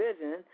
vision